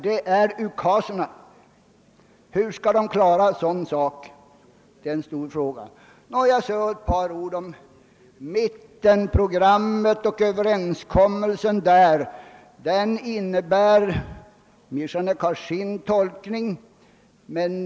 Detta är ju innebörden av den ukas som har utfärdats. Hur skall de klara detta? Beträffande överenskommelsen om mittenprogrammet vill jag säga att herr Michanek har sin tolkning av denna.